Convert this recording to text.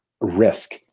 risk